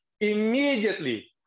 Immediately